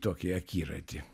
tokį akiratį